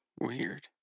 Weird